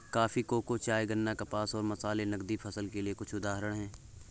coffee, cocoa, चाय, गन्ना, कपास और मसाले नकदी फसल के कुछ उदाहरण हैं